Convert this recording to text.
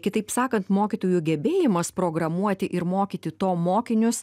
kitaip sakant mokytojų gebėjimas programuoti ir mokyti to mokinius